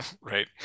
right